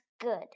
good